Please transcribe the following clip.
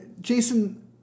Jason